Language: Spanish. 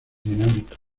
dinámicos